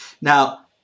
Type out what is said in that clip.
Now